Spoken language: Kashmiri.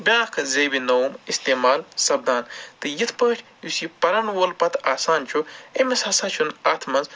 بیٛاکھ زیبہِ نوم اِستعمال سَپدان تہٕ یِتھ پٲٹھۍ یُس یہِ پرن وول پَتہٕ آسان چھُ أمِس ہسا چھُنہٕ اَتھ منٛز